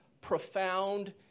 profound